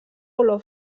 olor